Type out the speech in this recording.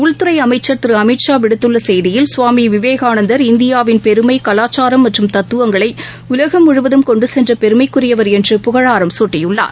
உள்துறைஅமைச்சர் திருஅமித்ஷா விடுத்துள்ளசெய்தியில் சுவாமிவிவேகானந்தர் இந்தியாவின் பெருமை கலாச்சாரம் மற்றும் தத்துவங்களைஉலகம் முழுவதும் கொண்டுசென்றபெருமைக்குரியவர் என்று புகழாரம் சூட்டியுள்ளார்